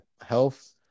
health